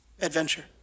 adventure